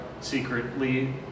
secretly